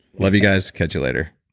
love you guys, catch you later.